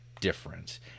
different